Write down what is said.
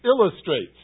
illustrates